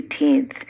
18th